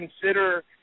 consider